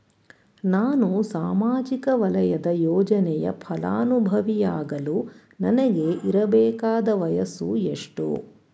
ನಾನು ಸಾಮಾಜಿಕ ವಲಯದ ಯೋಜನೆಯ ಫಲಾನುಭವಿ ಯಾಗಲು ನನಗೆ ಇರಬೇಕಾದ ವಯಸ್ಸು ಎಷ್ಟು?